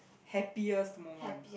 happiest moment